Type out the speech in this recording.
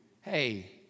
hey